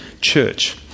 church